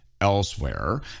elsewhere